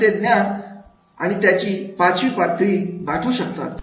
आणि ते ज्ञान 5 गाठू शकत